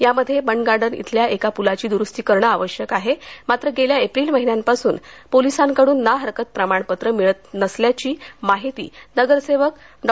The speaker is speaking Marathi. यामध्ये बंड गार्डन इथल्या एका पुलाची दुरुस्ती करणं आवश्यक आहे मात्र गेल्या एप्रिल महिन्यापासून पोलिसांकडून ना हरकत प्रमाणपत्र मिळत नसल्याची माहिती नगरसेवक डॉ